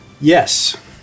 Yes